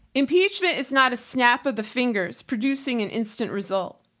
impeachment is not a snap of the fingers producing an instant result.